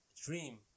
dream